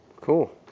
Cool